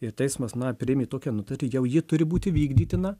ir teismas na priėmė tokią nutartį jau ji turi būti vykdytina